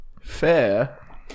fair